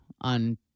on